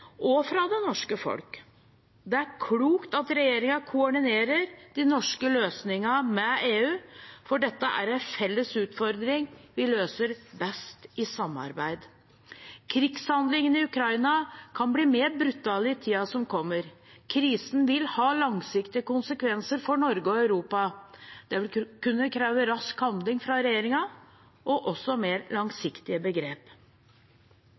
og fra det norske folk. Det er klokt at regjeringen koordinerer de norske løsningene med EU, for dette er en felles utfordring vi løser best i samarbeid. Krigshandlingene i Ukraina kan bli mer brutale i tiden som kommer. Krisen vil ha langsiktige konsekvenser for Norge og Europa. Det vil kunne kreve rask handling fra regjeringen og også mer